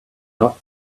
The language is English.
not